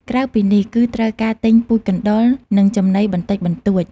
ក្រៅពីនេះគឺត្រូវការទិញពូជកណ្តុរ និងចំណីបន្តិចបន្តួច។